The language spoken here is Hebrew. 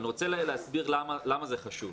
אני רוצה להסביר למה זה חשוב,